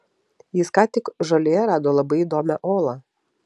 jis ką tik žolėje rado labai įdomią olą